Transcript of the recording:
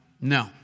No